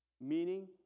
Meaning